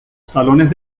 salones